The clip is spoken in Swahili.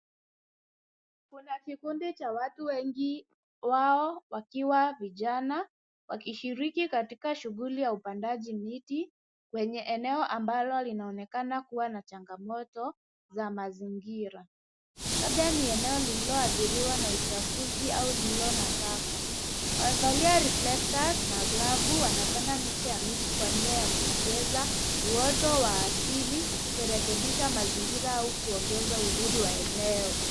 Kuna kikundi cha watu wengi wao wakiwa vijana, wakishiriki katika shughuli ya upandaji miti kwenye eneo ambalo linaonekana kuwa na changamoto za mazingira. Labda ni eneo lililoarthiriwa na uchafuzi au lililo na taka. Wamevalia reflectors na glavu. Wanapanda miche ya miti kwa nia ya kuongeza uoto wa asili, kurekebisha mazingira au kuongeza uzuri wa eneo.